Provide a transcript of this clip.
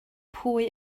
pwy